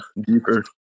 deeper